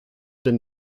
been